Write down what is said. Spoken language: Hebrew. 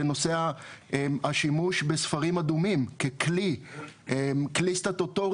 שנושא השימוש בספרים אדומים ככלי סטטוטורי